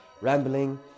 rambling